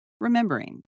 remembering